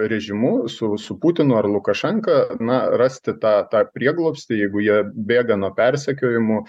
režimu su su putinu ar lukašenka na rasti tą tą prieglobstį jeigu jie bėga nuo persekiojimų